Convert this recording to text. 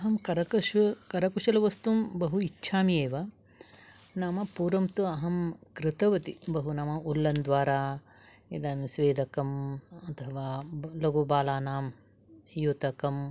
अहं करकश करकुशलवस्तुं बहु इच्छामि एव नाम पूर्वं तु अहं कृतवति बहु नाम उल्लन् द्वारा इदानी स्वेदकम् अथवा लघु बालानां युतकम्